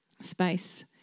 space